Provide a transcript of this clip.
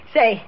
Say